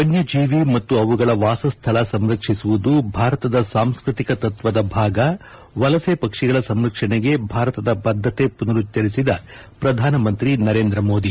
ವನ್ನಜೀವಿ ಮತ್ತು ಅವುಗಳ ವಾಸಸ್ನಳ ಸಂರಕ್ಷಿಸುವುದು ಭಾರತದ ಸಾಂಸ್ನತಿಕ ತತ್ತದ ಭಾಗ ವಲಸೆ ಪಕ್ಷಿಗಳ ಸಂರಕ್ಷಣೆಗೆ ಭಾರತದ ಬದ್ದತೆ ಪುನರುಚ್ಚರಿಸಿದ ಪ್ರಧಾನಮಂತ್ರಿ ನರೇಂದ್ರಮೋದಿ